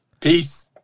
Peace